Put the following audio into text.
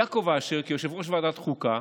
יעקב אשר, כיושב-ראש ועדת חוקה,